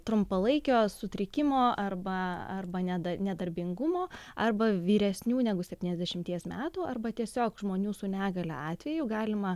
trumpalaikio sutrikimo arba arba neda nedarbingumo arba vyresnių negu septyniasdešimties metų arba tiesiog žmonių su negalia atveju galima